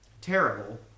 terrible